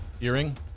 Earring